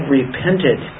repented